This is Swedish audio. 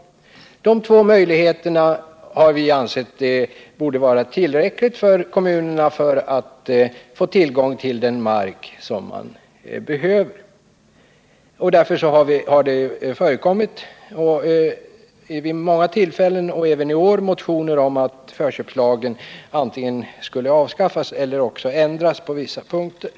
Vi har ansett att dessa två möjligheter borde vara tillräckliga för kommunerna när det gäller att få tillgång till den mark som de behöver. Därför har det vid många tillfällen och även i år väckts motioner om att förköpslagen skulle avskaffas eller ändras på vissa punkter.